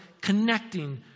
connecting